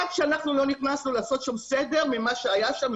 עד שאנחנו לא נכנסנו לעשות שם סדר בכל מה שהיה שם,